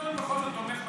העיתון בכל זאת תומך בממשלה,